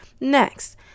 Next